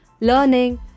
learning